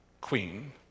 queen